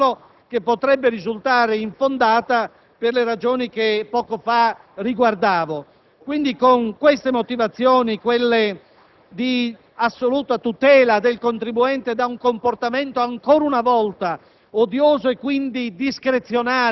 tributario. Vorrei ricordare altre disposizioni che vengono abrogate e che riguardano la proposta di compensazione per il contribuente che vanti un rimborso di imposta e, parallelamente, un'iscrizione al ruolo.